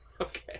Okay